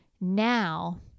now